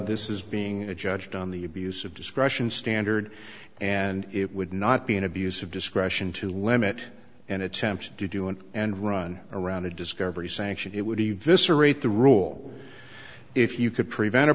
this is being judged on the abuse of discretion standard and it would not be an abuse of discretion to limit an attempt to do an end run around a discovery sanction it would do you visser rate the rule if you could prevent a